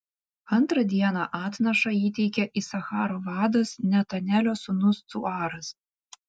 antrą dieną atnašą įteikė isacharo vadas netanelio sūnus cuaras